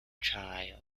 child